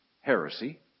heresy